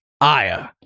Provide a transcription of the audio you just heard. Aya